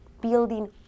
building